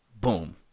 boom